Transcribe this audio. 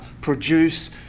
produce